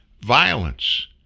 violence